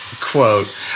Quote